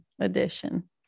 edition